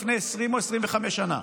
לפני 20 או 25 שנה.